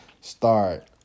start